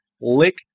lick